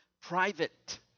private